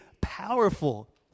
powerful